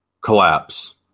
collapse